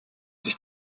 sich